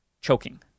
choking